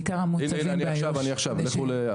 בעיקר המוצבים ביהודה ושומרון?